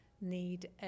need